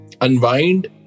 unwind